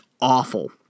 awful